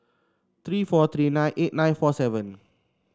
three four three nine eight nine four seven